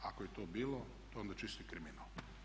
Ako je to bilo to je onda čisti kriminal.